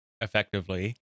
effectively